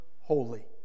holy